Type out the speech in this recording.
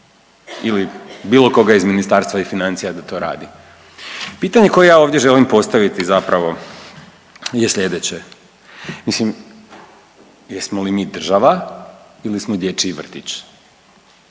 ili bilo koga iz Ministarstva financija da to radi. Pitanje koje ja ovdje želim postaviti zapravo je sljedeće. Mislim jesmo li mi država ili smo dječji vrtić?